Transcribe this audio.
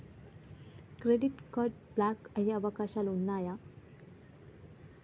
Credit card block అయ్యే అవకాశాలు ఉన్నయా?